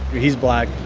he's black.